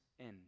end